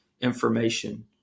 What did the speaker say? information